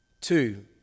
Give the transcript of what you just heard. Two